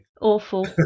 Awful